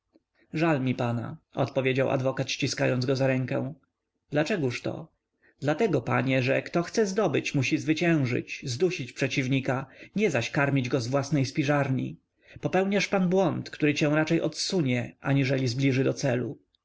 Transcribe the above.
żal mi pana odpowiedział adwokat ściskając go za rękę dlaczegoż to dlatego panie że kto chce zdobyć musi zwyciężyć zdusić przeciwnika nie zaś karmić go z własnej spiżarni popełniasz pan błąd który cię raczej odsunie aniżeli zbliży do celu